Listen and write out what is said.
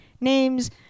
names